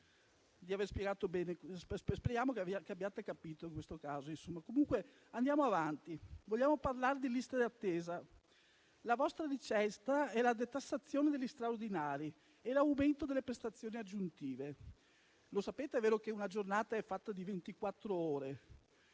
speriamo che abbiate capito questo caso. Comunque, andiamo avanti: vogliamo parlare di liste d'attesa? La vostra ricetta è la detassazione degli straordinari e l'aumento delle prestazioni aggiuntive. Lo sapete, vero, che una giornata è fatta di